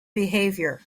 behaviour